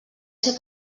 ser